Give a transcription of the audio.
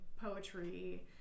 poetry